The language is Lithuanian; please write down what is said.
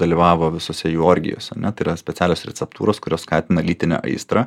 dalyvavo visose jų orgijose ar ne tai yra specialios receptūros kurios skatina lytinę aistrą